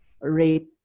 rate